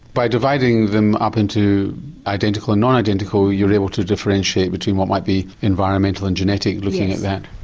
by dividing them up into identical and non-identical you were able to differentiate between what might be environmental and genetic looking at that?